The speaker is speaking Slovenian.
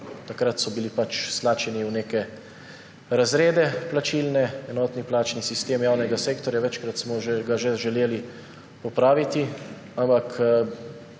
Takrat so bili pač stlačeni v neke plačne razrede, enotni plačni sistem javnega sektorja, večkrat smo ga že želeli popraviti, ampak